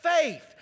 faith